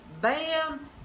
Bam